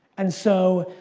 and so,